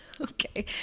Okay